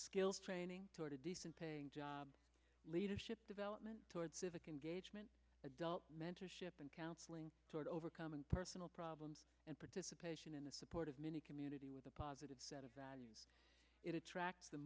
skills training toward a decent paying job leadership development toward civic engagement adult mentorship and counseling toward overcoming personal problems and participation in the support of many community with a positive set of values it attracts the